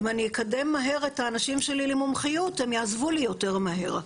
אם אני אקדם את האנשים שלי למומחיות מהר אז הם יעזבו לי יותר מהר,